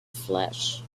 flesh